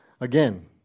Again